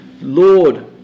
Lord